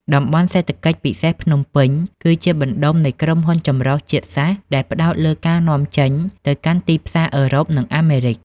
តំបន់សេដ្ឋកិច្ចពិសេសភ្នំពេញ គឺជាបណ្ដុំនៃក្រុមហ៊ុនចម្រុះជាតិសាសន៍ដែលផ្ដោតលើការនាំចេញទៅកាន់ទីផ្សារអឺរ៉ុប និងអាមេរិក។